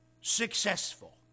successful